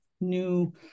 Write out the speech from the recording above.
new